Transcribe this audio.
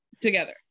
together